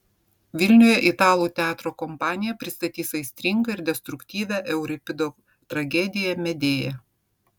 vilniuje italų teatro kompanija pristatys aistringą ir destruktyvią euripido tragediją medėja